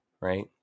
Right